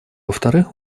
вторых